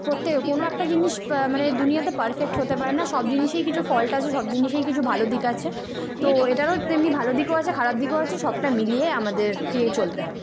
প্রত্যেক কোনো একটা জিনিস মানে দুনিয়াতে পারফেক্ট হতে পারে না সব জিনিসেই কিছু ফল্ট আছে সব জিনিসেই কিছু ভালো দিক আছে তো এটারও তেমনি ভালো দিকও আছে খারাপ দিকও আছে সবটা মিলিয়ে আমাদেরকে চলতে হবে